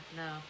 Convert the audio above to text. no